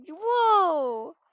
Whoa